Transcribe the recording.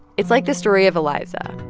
it's like the story of eliza.